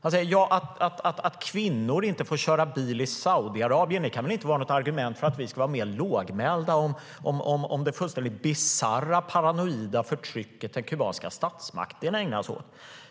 Att kvinnor inte får köra bil i Saudiarabien kan väl inte vara något argument för att vi ska vara mer lågmälda om det fullständigt bisarra, paranoida förtryck som den kubanska statsmakten ägnar sig åt?